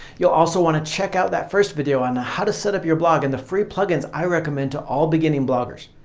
you'll also want to check out that first video on how to set up your blog and the free plugins i recommend to all beginning bloggers.